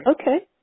okay